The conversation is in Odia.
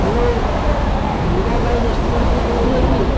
ହ୍ୟାଲୋ ମୀରାବାଇ ରେଷ୍ଟୁରାଣ୍ଟ୍ ରୁ କହୁଥିଲେ କି